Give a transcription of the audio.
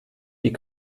die